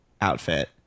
outfit